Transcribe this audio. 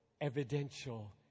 evidential